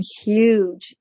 huge